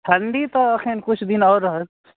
ठण्डी तऽ अखन किछु दिन आओर रहत